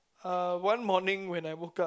uh one morning when I woke up